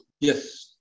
Yes